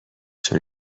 چون